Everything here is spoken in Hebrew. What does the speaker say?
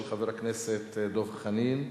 של חבר הכנסת דב חנין.